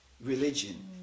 religion